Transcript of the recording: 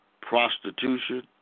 prostitution